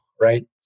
right